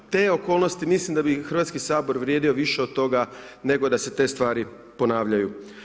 Te okolnosti, mislim da bi Hrvatski sabor vrijedio više od toga, nego da se te stvari ponavljaju.